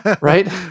right